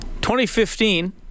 2015